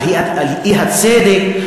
על האי-צדק?